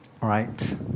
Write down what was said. right